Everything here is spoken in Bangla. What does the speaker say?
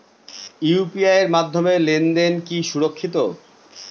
ইউ.পি.আই এর মাধ্যমে লেনদেন কি সুরক্ষিত?